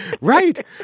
right